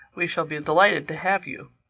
we shall be delighted to have you.